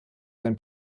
sein